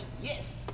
yes